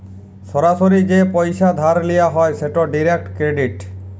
সরাসরি যে পইসা ধার লিয়া হ্যয় সেট ডিরেক্ট ক্রেডিট